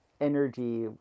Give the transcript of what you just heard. energy